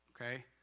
okay